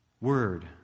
Word